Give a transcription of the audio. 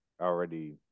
already